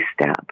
step